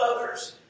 others